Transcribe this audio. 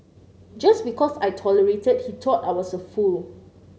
just because I tolerated he thought I was a fool